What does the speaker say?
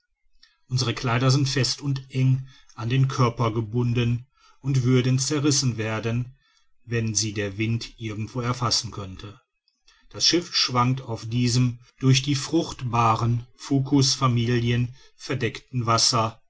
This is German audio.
unsere kleider sind fest und eng an den körper gebunden und würden zerrissen werden wenn sie der wind irgendwo erfassen könnte das schiff schwankt auf diesem durch die fruchtbaren fucus familien verdeckten wasser